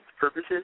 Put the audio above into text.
purposes